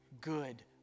good